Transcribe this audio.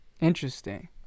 interesting